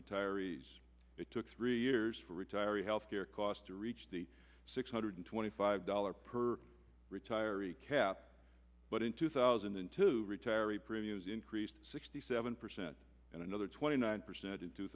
retirees it took three years for retiree health care cost to reach the six hundred twenty five dollars per retiree cap but in two thousand and two retiree premiums increased sixty seven percent and another twenty nine percent in two